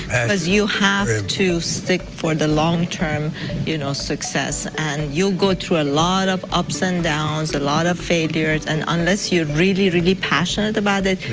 because you have to stick for the long term you know success, and you'll go through a lot of ups and downs. a lot of failures, and unless you're really, really passionate about it,